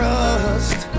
Trust